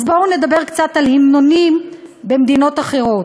אז בואו נדבר קצת על המנונים במדינות אחרות.